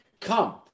Come